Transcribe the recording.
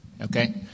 Okay